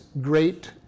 great